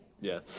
Yes